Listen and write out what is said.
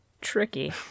tricky